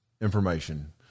information